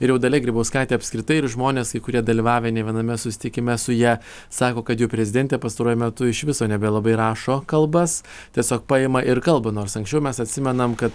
ir jau dalia grybauskaitė apskritai ir žmonės kai kurie dalyvavę ne viename susitikime su ja sako kad jų prezidentė pastaruoju metu iš viso nebelabai rašo kalbas tiesiog paima ir kalba nors anksčiau mes atsimenam kad